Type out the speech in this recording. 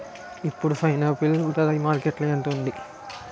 ఇప్పుడు పైనాపిల్ ధర మార్కెట్లో ఎంత ఉంది?